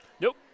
Nope